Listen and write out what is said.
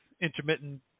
intermittent